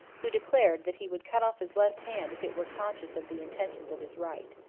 who declared that he would cut off his left hand if it were conscious of the intentions of his right.